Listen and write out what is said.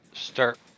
Start